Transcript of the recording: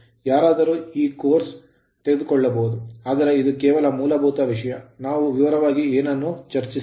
ಯಾರಾದರೂ ಈ course course ತೆಗೆದುಕೊಳ್ಳಬಹುದು ಆದರೆ ಇದು ಕೇವಲ ಮೂಲಭೂತ ವಿಷಯ ನಾವು ವಿವರವಾಗಿ ಏನನ್ನೂ ಚರ್ಚಿಸಿಲ್ಲ